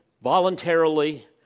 Voluntarily